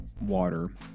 water